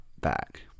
back